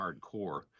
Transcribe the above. hardcore